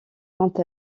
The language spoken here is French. quant